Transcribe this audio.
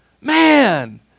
man